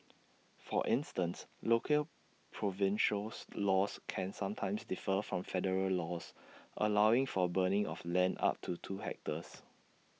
for instance local provincials laws can sometimes differ from federal laws allowing for burning of land up to two hectares